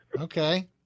Okay